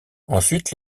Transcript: ensuite